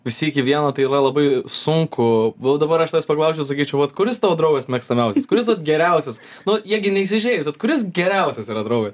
visi iki vieno tai yra labai sunku va dabar aš tavęs paklausčiau sakyčiau vat kuris tavo draugas mėgstamiausias kuris vat geriausias nu jie gi neįsižeis vat kuris geriausias yra draugas